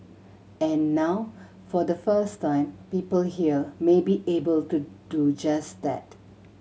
and now for the first time people here may be able to do just that